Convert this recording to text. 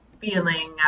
feeling